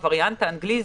עם הווריאנט האנגלי,